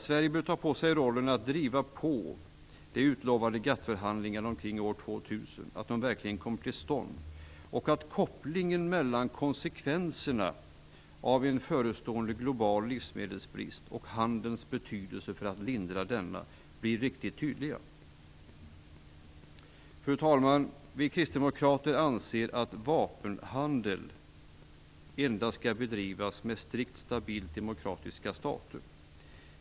Sverige bör ta på sig rollen att driva på så att de utlovade GATT-förhandlingarna omkring år 2000 verkligen kommer till stånd och så att kopplingen mellan konsekvenserna av en förestående global livsmedelsbrist och handelns betydelse för att lindra denna blir riktigt tydliga. Fru talman! Vi kristdemokrater anser att vapenhandel endast skall bedrivas med strikt stabilt demokratiska stater.